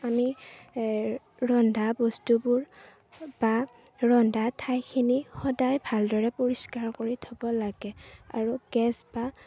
আমি ৰন্ধা বস্তুবোৰ বা ৰন্ধা ঠাইখিনি সদায় ভালদৰে পৰিষ্কাৰ কৰি থ'ব লাগে আৰু গেছ বা